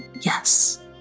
Yes